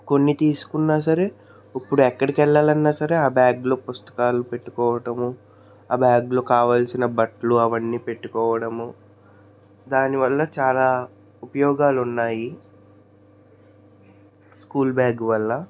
కొన్ని తీసుకున్న సరే ఇప్పుడు ఎక్కడికి వెళ్లాలి అన్న సరే ఆ బ్యాగ్లో పుస్తకాలు పెట్టుకోవటము ఆ బ్యాగ్లో కావాల్సిన బట్టలు అవన్నీ పెట్టుకోవడము దానివల్ల చాలా ఉపయోగాలు ఉన్నాయి స్కూల్ బ్యాగ్ వల్ల